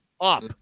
up